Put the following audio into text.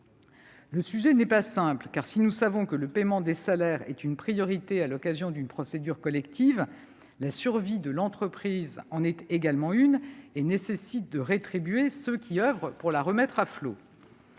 Le sujet n'est pas simple, car, si nous savons que le paiement des salaires est une priorité à l'occasion d'une procédure collective, la survie de l'entreprise en est également une. Or cela nécessite de rétribuer ceux qui travaillent pour la remettre à flot.